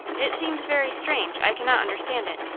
it seems very strange. i cannot understand it.